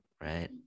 right